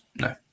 No